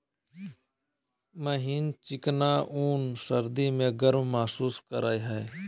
महीन चिकना ऊन सर्दी में गर्म महसूस करेय हइ